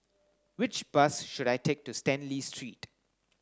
which bus should I take to Stanley Street